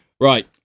right